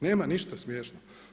Nema ništa smiješno.